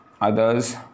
others